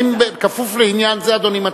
בכפוף לעניין זה אדוני מסכים?